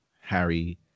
Harry